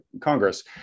Congress